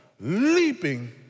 leaping